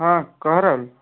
ହଁ କହ ରାହୁଲ